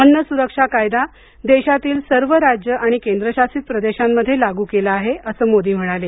अन्न सुरक्षा कायदा देशातील सर्व राज्यं आणि केंद्रशासित प्रदेशांमध्ये लागू केला आहे असं मोदी म्हणाले